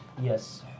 Yes